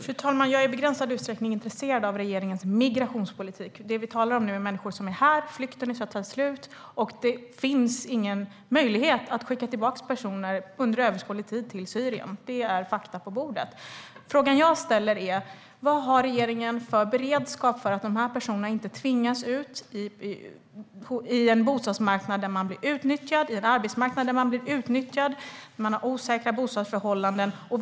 Fru talman! Jag är i begränsad utsträckning intresserad av regeringens migrationspolitik. Det vi nu talar om är människor som är här. Flykten är över, och det finns ingen möjlighet att skicka tillbaka personer under överskådlig tid till Syrien. Det är fakta på bordet. Frågan jag ställer är: Vad har regeringen för beredskap för att dessa personer inte tvingas ut i en bostadsmarknad där de blir utnyttjade och i en arbetsmarknad där de blir utnyttjade när de har osäkra bostadsförhållanden?